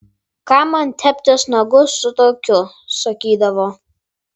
kam man teptis nagus su tokiu sakydavo